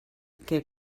que